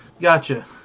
Gotcha